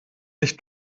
nicht